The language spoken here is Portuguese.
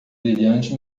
brilhante